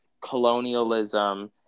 colonialism